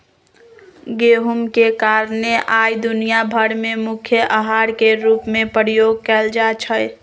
गेहूम के कारणे आइ दुनिया भर में मुख्य अहार के रूप में प्रयोग कएल जाइ छइ